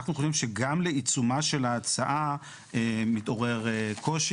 אנחנו חושבים שגם לעיצומה של ההצעה מתעורר קושי.